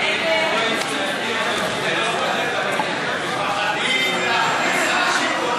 ההצעה להסיר מסדר-היום את הצעת חוק